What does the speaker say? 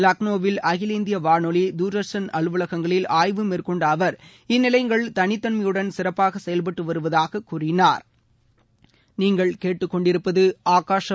லக்னோவில் அகில இந்திய வானொலி தூர்தர்ஷன் அலுவலகங்களில் ஆய்வு மேற்கொண்ட அவர் இந்நிலையங்கள் தனித்தன்மையுடன் சிறப்பாக செயல்பட்டு வருவதாக கூறினாா்